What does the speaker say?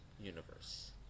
universe